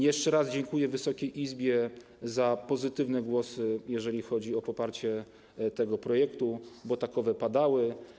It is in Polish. Jeszcze raz dziękuję Wysokiej Izbie za pozytywne głosy, jeżeli chodzi o poparcie tego projektu, bo takowe padały.